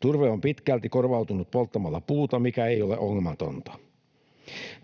Turve on pitkälti korvautunut polttamalla puuta, mikä ei ole ongelmatonta.